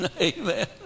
Amen